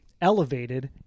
elevated